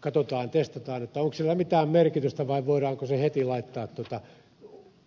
katsotaan testataan onko sillä mitään merkitystä vai voidaanko se heti laittaa